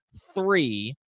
three